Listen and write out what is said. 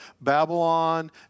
Babylon